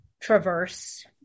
traverse